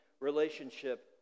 relationship